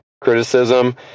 criticism